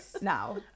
now